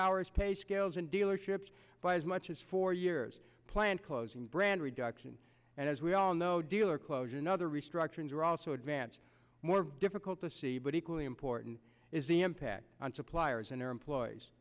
hours pay scales and dealerships by as much as four years plant closing brand reduction and as we all know dealer closure another restructurings are also advanced more difficult to see but equally important is the impact on suppliers and their employees